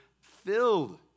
filled